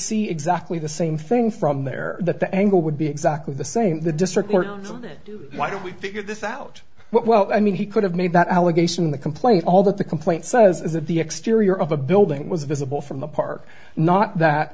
see exactly the same thing from there that the angle would be exactly the same the district why don't we figure this out well i mean he could have made that allegation in the complaint all that the complaint says is that the exterior of a building was visible from the park not that